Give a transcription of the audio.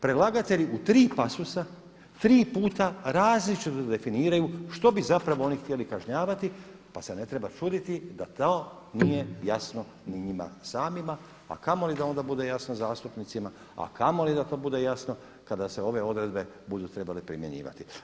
Predlagatelj u tri pasosa, tri puta različito definiraju što bi zapravo oni htjeli kažnjavati pa se ne treba čuditi da to nije jasno ni njima samima a kamoli da onda bude jasno zastupnicima, a kamoli da to bude jasno kada se ove odredbe budu trebale primjenjivati.